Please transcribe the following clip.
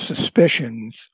suspicions